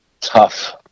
tough